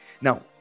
now